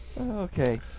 Okay